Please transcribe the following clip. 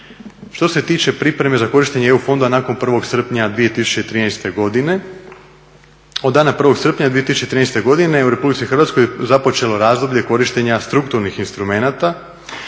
Što se tiče pripreme za korištenje EU fondova nakon 1.srpnja 2013.godine, od dana 1.srpnja 2013.godine u RH započelo razdoblje korištenja strukturnih instrumenata